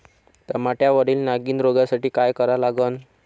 टमाट्यावरील नागीण रोगसाठी काय करा लागन?